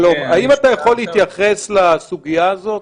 שלום, האם אתה יכול להתייחס לסוגיה הזאת?